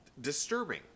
disturbing